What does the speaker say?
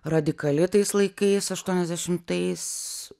radikali tais laikais aštuoniasdešimtais